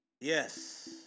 Yes